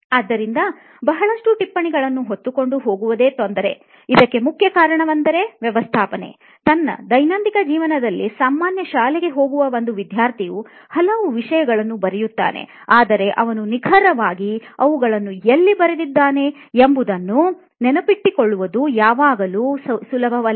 ಆದ್ದರಿಂದ ಬಹಳಷ್ಟು ಟಿಪ್ಪಣಿಗಳನ್ನು ಹೊತ್ತುಕೊಂಡು ಹೋಗುವುದೇ ತೊಂದರೆ ಇದಕ್ಕೆ ಮುಖ್ಯ ಕಾರಣವೆಂದರೆ ವ್ಯವಸ್ಥಾಪನೆ ತನ್ನ ದೈನಂದಿನ ಜೀವನದಲ್ಲಿ ಸಾಮಾನ್ಯ ಶಾಲೆಗೆ ಹೋಗುವ ಒಂದು ವಿದ್ಯಾರ್ಥಿಯು ಹಲವು ವಿಷಯಗಳನ್ನು ಬರೆಯುತ್ತಾನೆ ಆದರೆ ಅವನು ನಿಖರವಾಗಿ ಅವುಗಳನ್ನು ಎಲ್ಲಿ ಬರೆದಿದ್ದಾನೆ ಎಂಬುದನ್ನು ನೆನಪಿಟ್ಟುಕೊಳ್ಳುವುದು ಯಾವಾಗಲೂ ಸುಲಭವಲ್ಲ